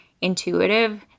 intuitive